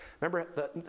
Remember